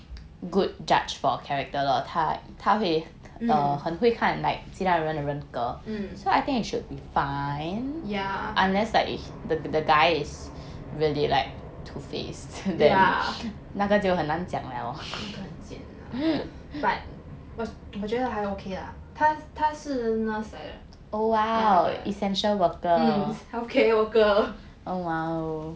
mm mm yeah yeah 那个很贱 lah but 我觉得还 okay lah 她她是 nurse 来的 uh 那个 mm healthcare worker